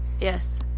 Yes